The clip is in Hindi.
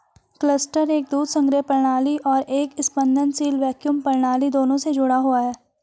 क्लस्टर एक दूध संग्रह प्रणाली और एक स्पंदनशील वैक्यूम प्रणाली दोनों से जुड़ा हुआ है